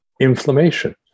inflammation